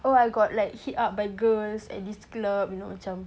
oh I got like hit up by girls at this club you know macam